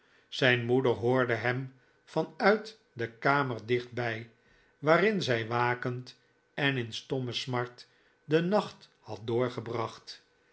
zijn moeder hoorde hem van uit de kamer dicht bij waarin zij wakend en in stomme smart den nacht had doorgebracht